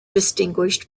distinguished